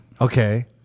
Okay